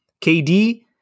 KD